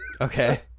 Okay